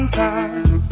time